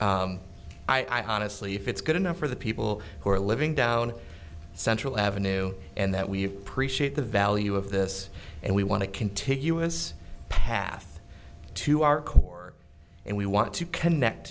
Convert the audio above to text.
i honestly if it's good enough for the people who are living down central avenue and that we appreciate the value of this and we want to continue its path to our core and we want to connect